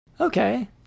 Okay